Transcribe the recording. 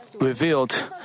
revealed